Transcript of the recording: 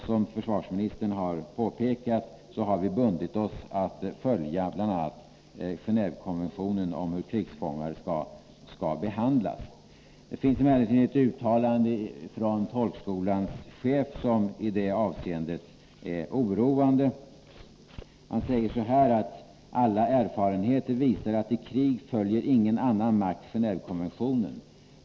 Som försvarsministern har påpekat har vi bundit oss att följa bl.a. Genévekonventionen om hur krigsfångar skall behandlas. Det finns emellertid ett uttalande från tolkskolans chef som i det avseendet är oroande. Han säger i en tidningsintervju att erfarenheter visar att i krig följer ingen annan makt Genåvekonventionen.